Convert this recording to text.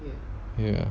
ya